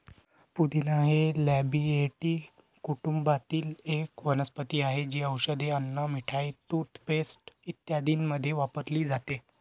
पुदिना हे लॅबिएटी कुटुंबातील एक वनस्पती आहे, जी औषधे, अन्न, मिठाई, टूथपेस्ट इत्यादींमध्ये वापरली जाते